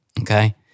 okay